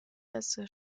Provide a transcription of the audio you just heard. setzte